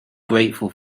grateful